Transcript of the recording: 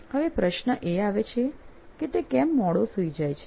હવે પ્રશ્ન એ આવે છે કે તે કેમ મોડો સુઈ જાય છે